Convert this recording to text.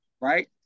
right